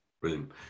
Brilliant